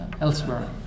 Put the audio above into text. elsewhere